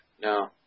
No